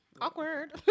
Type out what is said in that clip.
Awkward